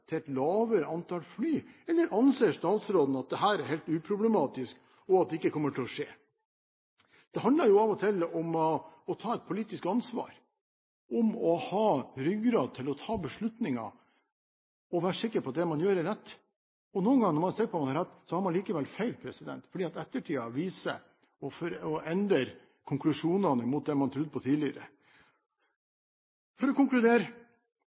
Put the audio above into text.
til et lavere antall fly, eller anser statsråden at dette er helt uproblematisk, og at det ikke kommer til å skje? Det handler av og til om å ta et politisk ansvar, om å ha ryggrad til å ta beslutninger og å være sikker på at det man gjør, er rett. Og noen ganger når man er sikker på at man har rett, tar man likevel feil, fordi ettertiden endrer konklusjonene på det man trodde på tidligere. For å konkludere: Fremskrittspartiet kommer til å støtte forslaget slik det